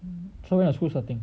so when your school starting